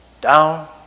Down